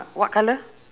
what colour